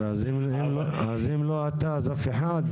אז אם לא אתה אז אף אחד?